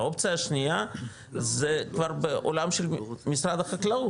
האופציה השנייה זה כבר בעולם של משרד החקלאות,